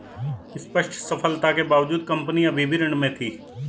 स्पष्ट सफलता के बावजूद कंपनी अभी भी ऋण में थी